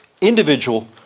individual